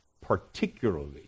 particularly